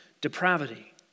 depravity